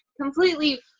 completely